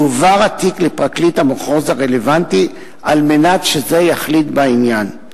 יועבר התיק לפרקליט המחוז הרלוונטי על מנת שזה יחליט בעניין.